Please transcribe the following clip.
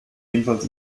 ebenfalls